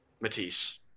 matisse